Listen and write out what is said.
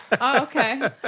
okay